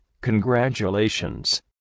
congratulations